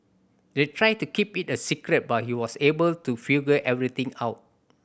they tried to keep it a secret but he was able to figure everything out